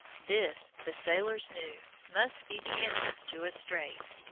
this the sailors knew must be the entrance to a strait.